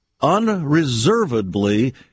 unreservedly